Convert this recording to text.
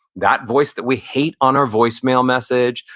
that voice that we hate on our voicemail message,